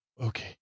Okay